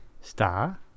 Star